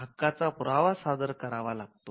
हक्काचा पुरावा सादर करावा लागतो